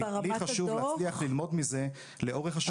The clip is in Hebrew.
לי חשוב להצליח ללמוד מזה לאורך השנים.